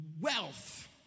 wealth